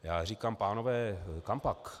Já říkám: Pánové kampak?